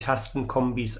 tastenkombis